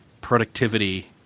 productivity